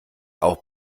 auch